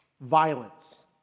violence